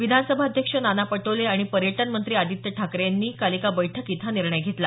विधानसभा अध्यक्ष नाना पटोले आणि पर्यटन मंत्री आदित्य ठाकरे यांनी काल एका बैठकीत हा निर्णय घेतला